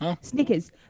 Snickers